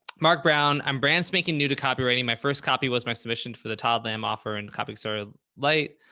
mark brown i'm brand spanking new to copywriting. my first copy was my submission for the todd lamb offer and copy accelerator sort of lite.